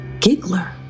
Giggler